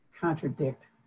contradict